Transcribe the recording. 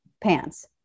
Pants